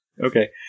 Okay